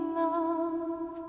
love